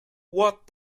what